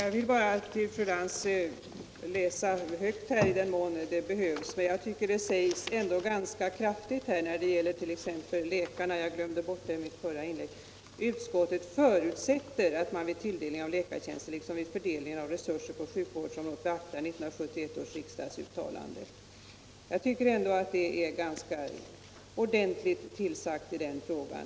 Herr talman! Jag vill bara läsa höpgt för fru Lantz ur betänkandet. Om t.ex. läkarna — jag glömde det i mitt förra inlägg — heter det: ”Utskottet förutsätter att man vid tilldelningen av läkartjänster liksom vid fördelningen av resurser på sjukvårdsområdet beaktar 1971 års riksdagsuttalande.” Jag tycker att det är en ordentlig tillsägelse i den frågan.